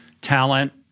talent